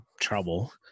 trouble